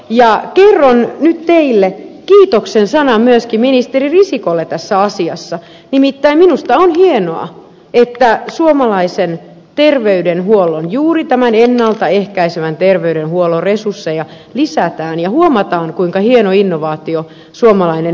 kerron nyt teille kiitoksen sanan myöskin ministeri risikolle tässä asiassa nimittäin minusta on hienoa että suomalaisen terveydenhuollon juuri tämän ennalta ehkäisevän terveydenhuollon resursseja lisätään ja huomataan kuinka hieno innovaatio suomalainen neuvolajärjestelmä on